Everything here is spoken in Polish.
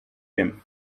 wiem